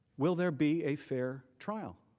will there be a fair trial?